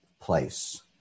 place